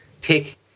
Take